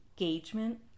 engagement